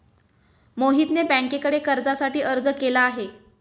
मोहितने बँकेकडे कर्जासाठी अर्ज केला आहे